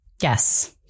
Yes